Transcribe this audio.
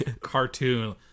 cartoon